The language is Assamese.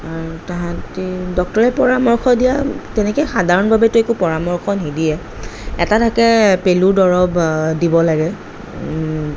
আৰু তাহাঁতি ডক্টৰে পৰামৰ্শ দিয়া তেনেকৈ সাধাৰণভাৱেটো একো পৰামৰ্শ নিদিয়ে এটা থাকে পেলুৰ দৰব দিব লাগে